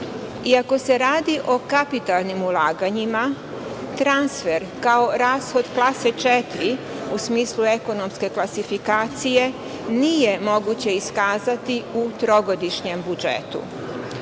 Iako se radi o kapitalnim ulaganjima transfer kao rashod klase četiri, u smislu ekonomske klasifikacije, nije moguće iskazati u trogodišnjem budžetu.